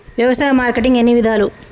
వ్యవసాయ మార్కెటింగ్ ఎన్ని విధాలు?